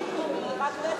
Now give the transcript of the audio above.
הוא במקומי.